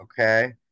Okay